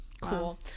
Cool